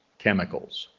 chemicals,